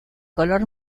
color